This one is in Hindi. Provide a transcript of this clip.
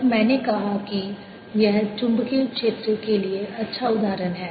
और मैंने कहा कि यह चुंबकीय क्षेत्र के लिए अच्छा उदाहरण है